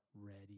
ready